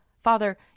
Father